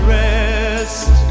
rest